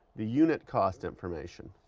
the unit cost information.